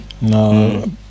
No